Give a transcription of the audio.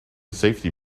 safety